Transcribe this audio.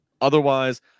otherwise